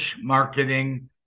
marketing